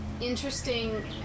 interesting